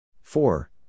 four